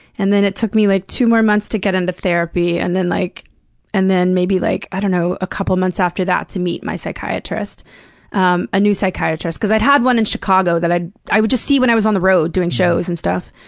and then it took me, like, two more months to get into therapy, and then, like and then, maybe like, i don't know, a couple months after that to meet my psychiatrist um a new psychiatrist, cause i'd had one in chicago that i would just see when i was on the road doing shows and stuff,